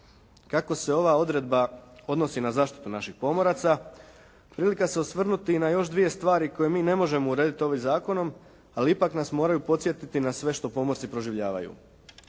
Kako se ova odredba odnosi na zaštitu naših pomoraca prilika se osvrnuti i na još dvije stvari koje mi ne možemo urediti ovim zakonom, ali ipak nas moraju podsjetiti na sve što pomorci proživljavaju.